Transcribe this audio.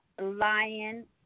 Lion